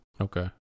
Okay